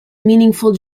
meaningful